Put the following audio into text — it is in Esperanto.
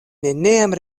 neniam